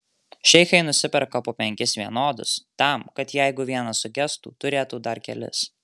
šeichai nusiperka po penkis vienodus tam kad jeigu vienas sugestų turėtų dar kelis